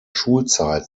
schulzeit